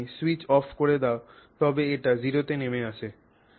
যদি তুমি switch off করে দাও তবে এটি 0 তে নেমে আসে